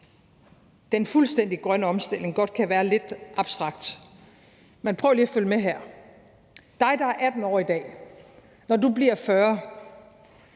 den fuldstændig grønne omstilling en gang imellem godt kan være lidt abstrakt. Men prøv lige at følge med her: Når du, der er 18 år i dag, bliver 40,